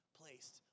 placed